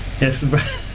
Yes